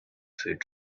food